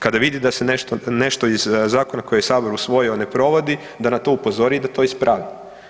Kada vidi da se nešto iz zakona koji je Sabor usvojio ne provodi da na to upozori i da to ispravi.